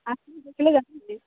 ଆସିକି ଦେଖିଲେ ଜାଣିବେ